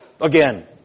Again